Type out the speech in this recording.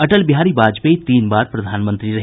अटलबिहारी वाजपेयी तीन बार प्रधानमंत्री रहे